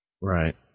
Right